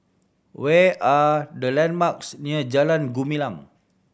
where are the landmarks near Jalan Gumilang